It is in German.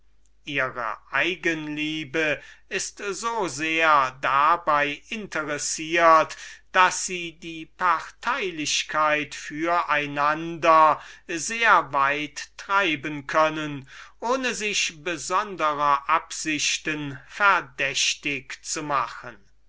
ihre eigenliebe ist so sehr dabei interessiert daß sie die parteilichkeit für einander sehr weit treiben können ohne sich dadurch besonderer absichten verdächtig zu machen